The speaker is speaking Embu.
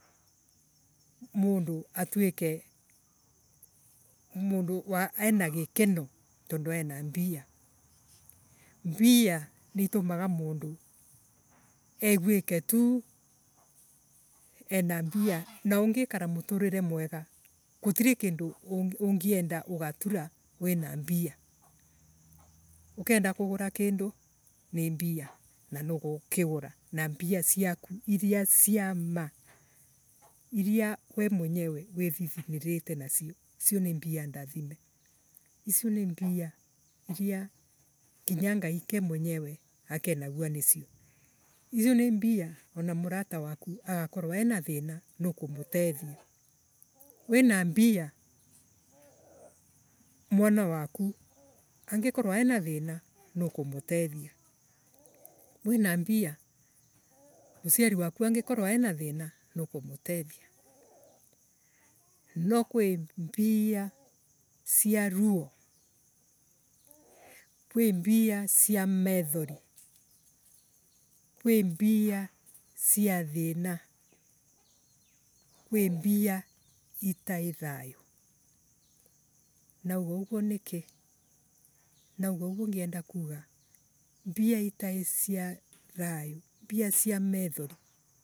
Mundu atuike Mundu ena gikeno tondu ena mbia mbia niitumaga mundu agueke tu ena mbia na ungikara muturire mwega gutirii kindu ungienda ugatura wina mbia. ukenda kugura kindu ni mbia na nugukigura na mbia ciaku mbia cia ma iria we mwenyewe withithinirete nacio icio ni mbia ndathime. icio ni mbia anamurata waku agakorwo ena thina nukumutethia. Wina mbia Mwana waku niukumutethia. Wina mbia muciari waku angikarwo enathina niukumutethia. Noo kwi mbia cia ruo kwi mbia cia methori. kwi mbia cia thina kwi mbia itae thayo. Nauga uguo niiiki? Nauga uguo ngienda kuga mbia itae cia thayo. mbia cia methori.